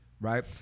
right